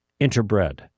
interbred